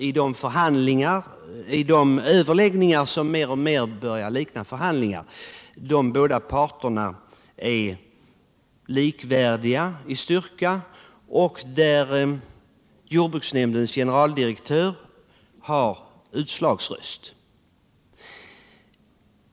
I de överläggningar som mer och mer börjar likna förhandlingar har man nu ett läge där de båda parterna är likvärdiga i styrka och där jordbruksnämndens generaldirektör har utslagsröst.